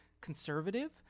conservative